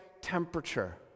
temperature